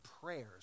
prayers